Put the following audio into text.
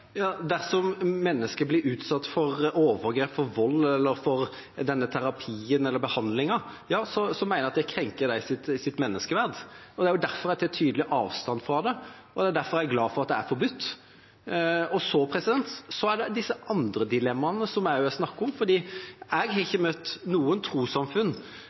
utsatt for overgrep, for vold eller for denne terapien eller behandlingen, mener jeg det krenker deres menneskeverd. Det er derfor jeg tar tydelig avstand fra det, og det er derfor jeg er glad for at det er forbudt. Så er det disse andre dilemmaene som vi også har snakket om. Jeg har ikke møtt noen trossamfunn